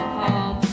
home